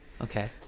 Okay